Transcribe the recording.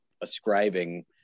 ascribing